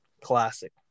classic